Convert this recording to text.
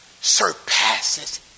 surpasses